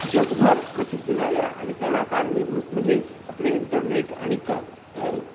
जगभर प्रसिद्ध झाल्या आणि त्याला कारणीभूत म्हणजे आपले इंटरनेट आणि क क